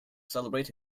celebrate